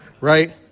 right